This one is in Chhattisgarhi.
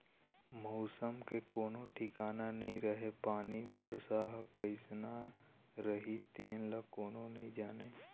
मउसम के कोनो ठिकाना नइ रहय पानी, बरसा ह कइसना रही तेन ल कोनो नइ जानय